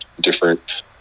different